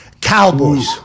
Cowboys